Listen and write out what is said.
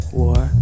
war